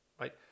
right